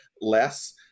less